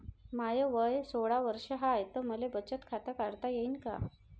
माय वय सोळा वर्ष हाय त मले बचत खात काढता येईन का?